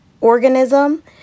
organism